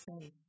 safe